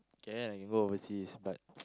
can I can go overseas but